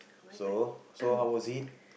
so so how was it